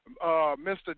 Mr